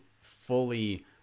fully